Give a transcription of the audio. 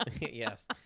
yes